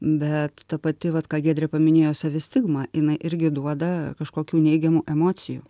bet ta pati vat ką giedrė paminėjo savistigma jinai irgi duoda kažkokių neigiamų emocijų